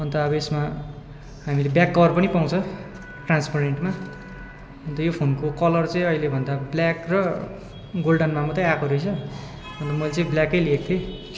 अन्त अब यसमा हामीले ब्याक कभर पनि पाउँछ ट्रान्सपरेन्टमा अन्त यो फोनको कलर चाहिँ अहिलेभन्दा ब्ल्याक र गोल्डनमा मात्रै आएको रहेछ अन्त मैले चाहिँ ब्ल्याकै लिएको थिएँ